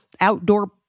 outdoor